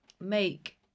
make